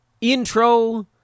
Intro